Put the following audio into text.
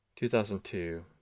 2002